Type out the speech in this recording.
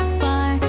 far